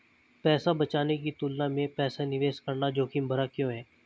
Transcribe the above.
पैसा बचाने की तुलना में पैसा निवेश करना जोखिम भरा क्यों है?